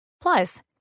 Plus